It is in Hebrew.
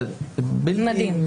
זה מדהים.